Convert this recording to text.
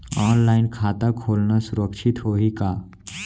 Online खाता खोलना सुरक्षित होही का?